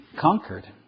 conquered